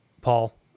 Paul